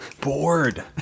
bored